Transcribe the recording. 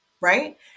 Right